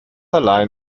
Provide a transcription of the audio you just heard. allein